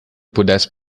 pudesse